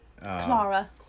Clara